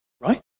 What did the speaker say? right